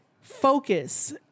focus